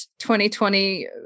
2020